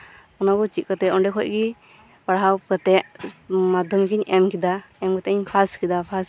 ᱚᱱᱟᱠᱩ ᱪᱤᱫᱠᱟᱛᱮ ᱚᱸᱰᱮᱠᱷᱚᱡ ᱜᱤ ᱯᱟᱲᱦᱟᱣ ᱠᱟᱛᱮᱜ ᱢᱟᱫᱷᱚᱢᱤᱠ ᱤᱧ ᱮᱢ ᱠᱮᱫᱟ ᱮᱢᱠᱟᱛᱮᱧ ᱯᱟᱥ ᱠᱮᱫᱟ ᱯᱟᱥ ᱠᱟᱛᱮᱜ